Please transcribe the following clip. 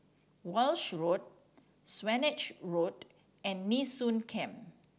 Walshe Road Swanage Road and Nee Soon Camp